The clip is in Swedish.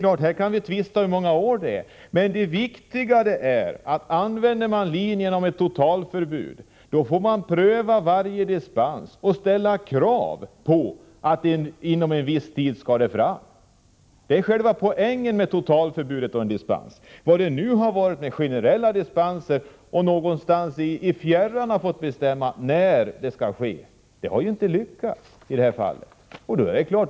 Vi kan tvista om antalet år, men det viktiga är: använder man linjen med totalförbud, då får man pröva varje dispens och ställa krav på åtgärder inom viss tid. Det är poängen med totalförbud och dispens. Nu har det varit generella dispenser, och någonstans i fjärran har man fått bestämma när åtgärder skall vidtas. Men det har inte lyckats.